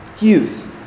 youth